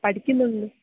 പഠിക്കുന്നുണ്ടോ